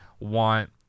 want